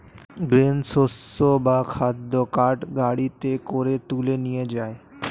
grain শস্য বা খাদ্য কার্ট গাড়িতে করে তুলে নিয়ে যায়